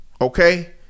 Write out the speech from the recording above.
Okay